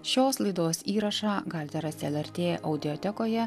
šios laidos įrašą galite rasti lrt audiotekoje